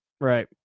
Right